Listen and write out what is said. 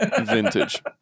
Vintage